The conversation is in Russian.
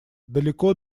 далеко